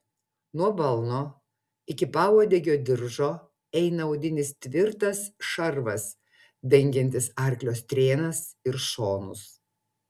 nuo balno iki pauodegio diržo eina odinis tvirtas šarvas dengiantis arklio strėnas ir šonus